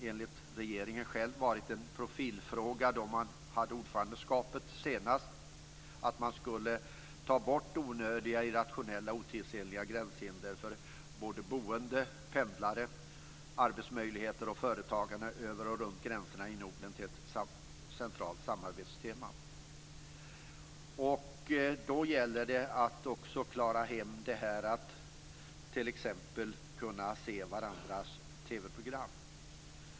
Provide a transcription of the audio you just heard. Enligt regeringen själv var det en profilfråga då man hade ordförandeskapet senast att man skulle ta bort onödiga, irrationella och otidsenliga gränshinder för boende, pendlare, arbetsmöjligheter och företagande över och runt gränserna i Norden och verka för ett centralt samarbetstema. Då gäller det att också klara hem att t.ex. kunna se varandras TV-program.